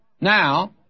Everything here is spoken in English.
Now